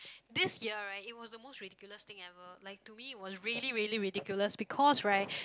this year right it was the most ridiculous thing ever like to me it was really really ridiculous because right